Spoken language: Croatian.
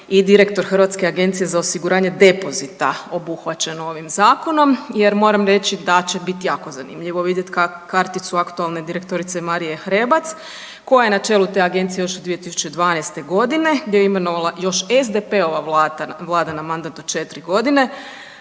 i direktor Hrvatske agencije za osiguranje depozita obuhvaćen ovim zakonom, jer moram reći da će biti jako zanimljivo vidjeti karticu aktualne direktorice Marije Hrebac koja je na čelu te agencije još od 2012. godine gdje ju je imenovala još SDP-ova Vlada na mandat od 4 godine.